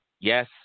Yes